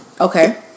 Okay